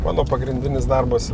mano pagrindinis darbas